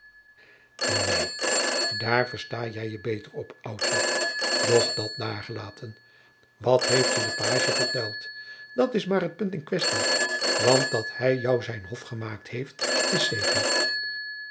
neen daar versta jij je beter op oudje doch dat daargelaten wat heeft je de pagie verteld dat is maar het punt in kwestie want dat hij jou zijn hof gemaakt heeft is zeker